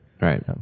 Right